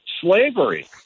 slavery